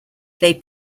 they